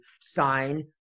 sign